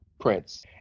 Prince